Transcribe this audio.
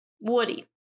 Woody